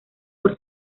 por